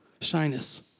Shyness